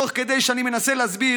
תוך כדי שאני מנסה להסביר